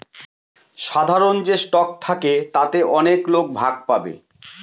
সাধারন যে স্টক থাকে তাতে অনেক লোক ভাগ পাবে